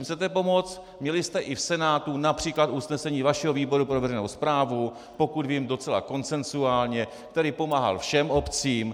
Když jim chcete pomoci, měli jste i v Senátu například usnesení vašeho výboru pro veřejnou správu, pokud vím, docela konsenzuálně, který pomáhal všem obcím.